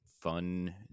fun